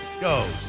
goes